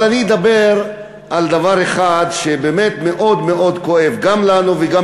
אני אדבר על דבר אחד שבאמת מאוד מאוד כואב גם לנו וגם